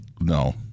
no